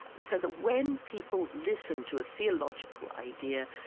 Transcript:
so that when people listen to a theological idea,